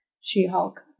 She-Hulk